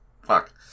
Fuck